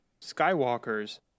skywalkers